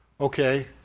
Okay